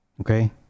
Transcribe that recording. okay